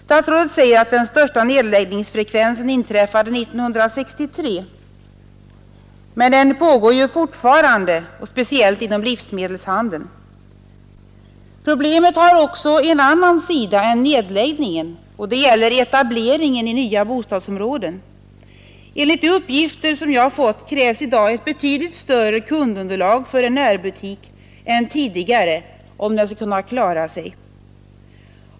Statsrådet säger att den största nedläggningsfrekvensen inträffade 1963. Men nedläggningarna pågår ju fortfarande, speciellt inom livsmedelshandeln. Problemet har också en annan sida än nedläggningarna, och det gäller etableringarna i nya bostadsområden. Enligt de uppgifter som jag har fått krävs i dag ett betydligt större kundunderlag för en närbutik än tidigare om den skall kunna klara sig.